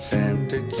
Santa